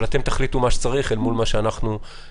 אבל אתם תיתנו את חוות דעתכם אל מול מה שאנחנו ביקשנו.